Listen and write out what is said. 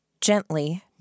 Gently